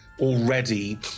already